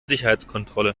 sicherheitskontrolle